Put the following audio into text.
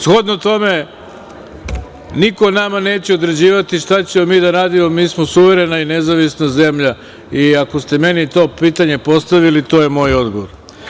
Shodno tome, niko nama neće određivati šta ćemo mi da radimo, mi smo suverena i nezavisna zemlja i, ako ste meni to pitanje postavili, to je moj odgovor.